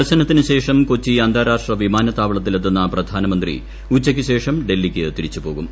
ദർശനത്തിന് ശേഷം കൊച്ചി അന്താരാഷ്ട്ര വിമാനത്താവളത്തിലെത്തുന്ന പ്രധാനമന്ത്രി ഉച്ച്യ്ക്ക് ശേഷം ഡൽഹിക്ക് തിരിച്ചുപോകും